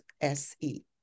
se